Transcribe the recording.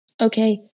okay